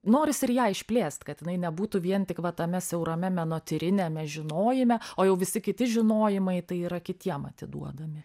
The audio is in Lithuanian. norisi ir ją išplėst kad jinai nebūtų vien tik va tame siaurame menotyriniame žinojime o jau visi kiti žinojimai tai yra kitiem atiduodami